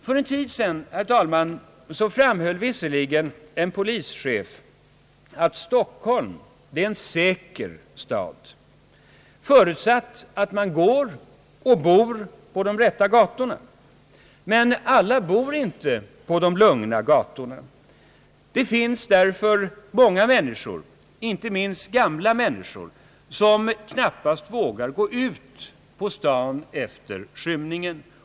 För en tid sedan, framhöll visserligen en polischef att Stockholm är en säker stad, förutsatt att man går och bor på de rätta gatorna. Men alla bor inte på de lugna gatorna. Det finns därför många människor, inte minst gamla, som knappast vågar gå ut på stan efter skymningen.